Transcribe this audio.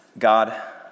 God